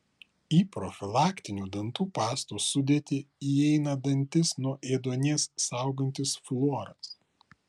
į profilaktinių dantų pastų sudėtį įeina dantis nuo ėduonies saugantis fluoras